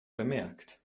bemerkt